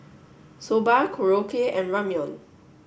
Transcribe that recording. Soba Korokke and Ramyeon